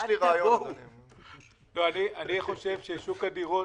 אני חושב ששוק הדירות